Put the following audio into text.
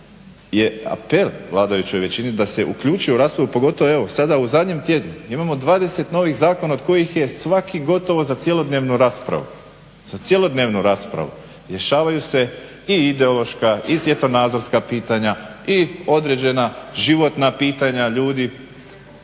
je apel vladajućoj većini da se uključi u raspravu, pogotovo evo sada u zadnjem tjednu imamo 20 novih zakona od kojih je svaki gotovo za cjelodnevnu raspravu. Rješavaju se i ideološka i svjetonazorska pitanja i određena životna pitanja ljudi.